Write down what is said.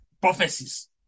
prophecies